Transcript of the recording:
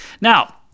Now